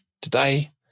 Today